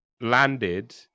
landed